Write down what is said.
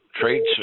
traits